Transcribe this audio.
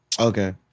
Okay